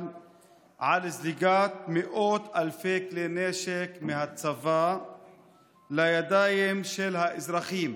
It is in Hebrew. על זליגת מאות אלפי כלי נשק מהצבא לידיים של האזרחים.